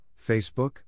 Facebook